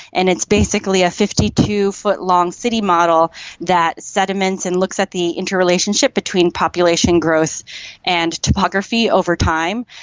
and it's basically a fifty two foot long city model that sediments and looks at the interrelationship between population growth and typography over time.